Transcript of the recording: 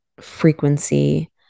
frequency